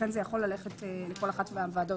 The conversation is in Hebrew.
לכן זה יכול ללכת לכל אחת מהוועדות.